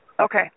okay